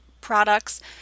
products